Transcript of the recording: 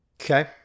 Okay